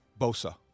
Bosa